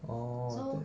orh th~